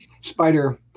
spider